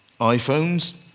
iPhones